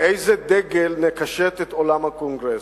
באיזה דגל נקשט את אולם הקונגרס?